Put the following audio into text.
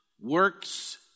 Works